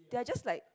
they are just like